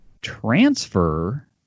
transfer